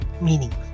meaning